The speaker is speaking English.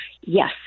Yes